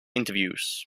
interviews